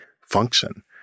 function